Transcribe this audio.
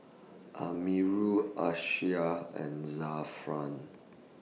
Amirul Amsyar and Zafran